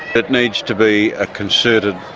it needs to be a concerted,